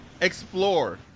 explore